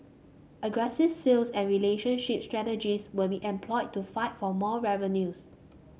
aggressive sales and relationship strategies will be employed to fight for more revenues